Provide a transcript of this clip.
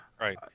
Right